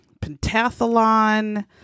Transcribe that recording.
pentathlon